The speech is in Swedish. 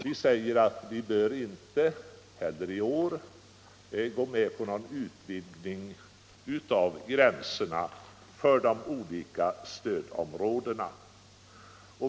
Vi vill inte heller i år gå med på någon utvidgning av gränserna för de olika stödområdena.